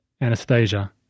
Anastasia